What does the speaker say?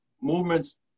movements